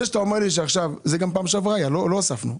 זה גם פעם שעברה היה, לא הוספנו.